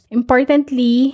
Importantly